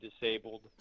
disabled